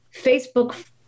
Facebook